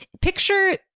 picture